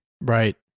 Right